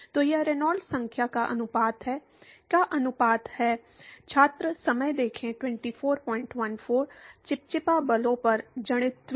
तो यह रेनॉल्ड्स संख्या का अनुपात है का अनुपात है चिपचिपा बलों पर जड़त्वीय